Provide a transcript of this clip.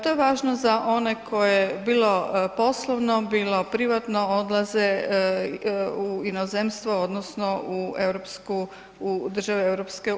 To je važno za one koji bilo poslovno, bilo privatno odlaze u inozemstvo odnosno u države EU.